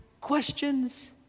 questions